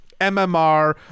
MMR